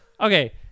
okay